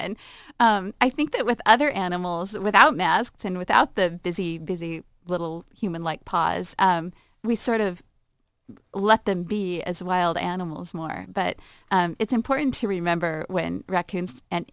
and i think that with other animals without masks and without the busy busy little human like paws we sort of let them be as wild animals more but it's important to remember when raccoons and